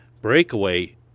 breakaway